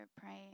praying